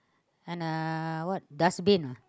and a what dustbin ah